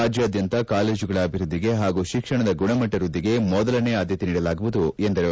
ರಾಜ್ಯಾದ್ಯಂತ ಕಾಲೇಜುಗಳ ಅಭಿವೃದ್ಧಿಗೆ ಹಾಗೂ ಶಿಕ್ಷಣದ ಗುಣಮಟ್ಟ ವೃದ್ಧಿಗೆ ಮೊದಲನೇ ಆಧ್ಯತೆ ನೀಡಲಾಗುವುದು ಎಂದರು